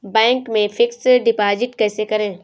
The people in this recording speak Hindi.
बैंक में फिक्स डिपाजिट कैसे करें?